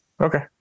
Okay